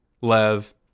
Lev